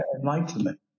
enlightenment